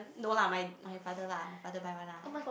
no lah my father lah my father buy one lah